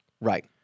Right